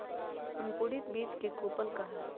अंकुरित बीज के कोपल कहा हई